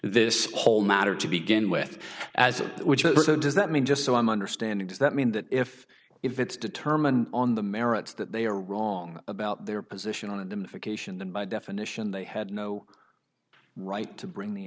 this whole matter to begin with as it does that mean just so i'm understanding does that mean that if if it's determined on the merits that they are wrong about their position on of them for creation then by definition they had no right to bring the